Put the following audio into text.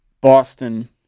Boston